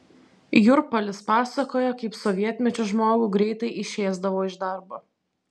jurpalis pasakojo kaip sovietmečiu žmogų greitai išėsdavo iš darbo